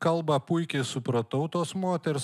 kalbą puikiai supratau tos moters